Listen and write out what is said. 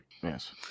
Yes